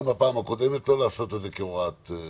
בפעם הקודמת לא לעשות את זה כהוראת שעה.